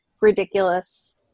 ridiculous